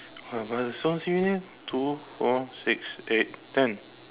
!wah! but it's all the same leh two four six eight ten